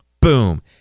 boom